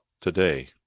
today